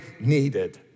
needed